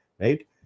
right